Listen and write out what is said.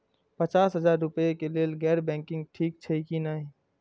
पचास हजार रुपए के लेल गैर बैंकिंग ठिक छै कि नहिं?